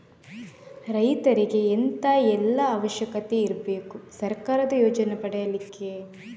ರೈತರಿಗೆ ಎಂತ ಎಲ್ಲಾ ಅವಶ್ಯಕತೆ ಇರ್ಬೇಕು ಸರ್ಕಾರದ ಯೋಜನೆಯನ್ನು ಪಡೆಲಿಕ್ಕೆ?